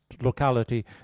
locality